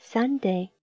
Sunday